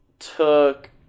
took